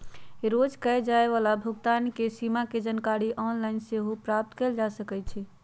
रोज कये जाय वला भुगतान के सीमा के जानकारी ऑनलाइन सेहो प्राप्त कएल जा सकइ छै